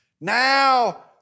Now